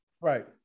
Right